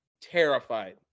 terrified